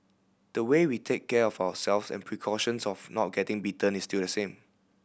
the way we take care of ourselves and precautions of not getting bitten is still the same